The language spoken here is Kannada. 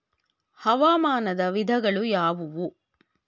ಹವಾಮಾನದ ವಿಧಗಳು ಯಾವುವು?